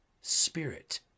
spirit